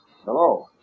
Hello